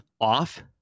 off